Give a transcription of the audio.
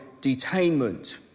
Detainment